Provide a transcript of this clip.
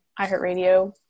iHeartRadio